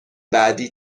بعدی